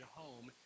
home